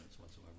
whatsoever